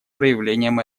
проявлением